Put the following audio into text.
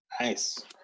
Nice